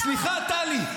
סליחה, טלי.